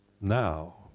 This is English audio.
now